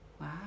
wow